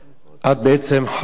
את בעצם חברת